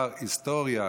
רק על הדברים שלי?